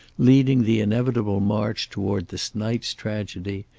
leading the inevitable march toward this night's tragedy,